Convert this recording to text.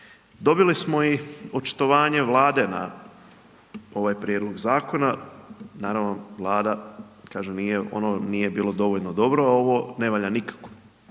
Dobili smo i očitovanje Vlade na ovaj prijedlog zakona, naravno Vlada, kaže nije ono, nije bilo dovoljno dobro, a ovo ne valja nikako